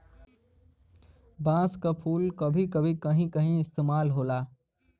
बांस क फुल क भी कहीं कहीं इस्तेमाल होला